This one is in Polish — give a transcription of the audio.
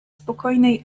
spokojnej